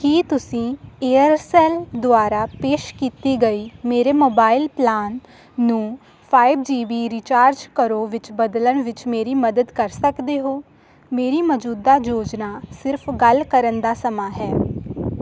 ਕੀ ਤੁਸੀਂ ਏਅਰਸੈਲ ਦੁਆਰਾ ਪੇਸ਼ ਕੀਤੀ ਗਈ ਮੇਰੇ ਮੋਬਾਈਲ ਪਲਾਨ ਨੂੰ ਫਾਈਵ ਜੀ ਬੀ ਰੀਚਾਰਜ ਕਰੋ ਵਿੱਚ ਬਦਲਣ ਵਿੱਚ ਮੇਰੀ ਮਦਦ ਕਰ ਸਕਦੇ ਹੋ ਮੇਰੀ ਮੌਜੂਦਾ ਯੋਜਨਾ ਸਿਰਫ਼ ਗੱਲ ਕਰਨ ਦਾ ਸਮਾਂ ਹੈ